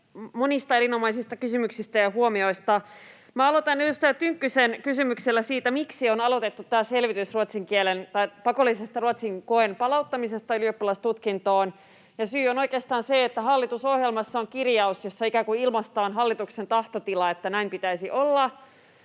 monista erinomaisista kysymyksistä ja huomioista. Minä aloitan edustaja Tynkkysen kysymyksellä siitä, miksi on aloitettu tämä selvitys pakollisen ruotsin kokeen palauttamisesta ylioppilastutkintoon, ja syy on oikeastaan se, että hallitusohjelmassa on kirjaus, jossa ikään kuin ilmaistaan hallituksen tahtotila, että näin pitäisi olla.